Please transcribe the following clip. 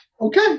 okay